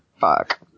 fuck